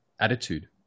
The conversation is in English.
attitude